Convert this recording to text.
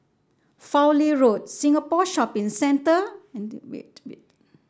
Fowlie Road Singapore Shopping Centre and